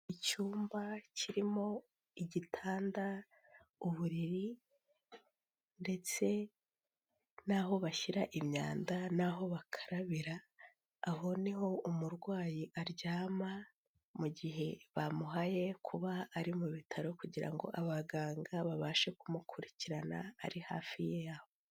Icyumba kirimo igitanda, uburiri ndetse naho bashyira imyanda naho bakarabira, aho ni ho umurwayi aryama mu gihe bamuhaye kuba ari mu bitaro kugira ngo abaganga babashe kumukurikiranira, ari hafi yabo.